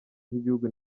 z’igihugu